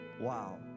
Wow